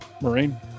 Marine